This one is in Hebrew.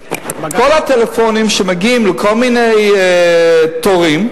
את כל הטלפונים שמגיעים לכל מיני תורים,